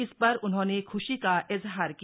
इस पर उन्होंने ख्शी का इजहार किया